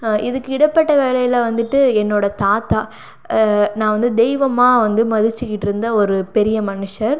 இதுக்கு இடைப்பட்ட வேளையில் வந்துவிட்டு என்னோடய தாத்தா நான் வந்து தெய்வமாக வந்து மதிச்சுக்கிட்டு இருந்த ஒரு பெரிய மனுஷர்